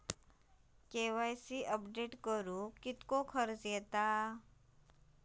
KYC update करुक किती खर्च येता?